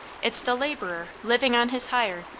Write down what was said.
it's the laborer, living on his hire,